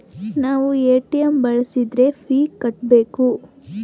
ನಾವ್ ಎ.ಟಿ.ಎಂ ಬಳ್ಸಿದ್ರು ಫೀ ಕಟ್ಬೇಕು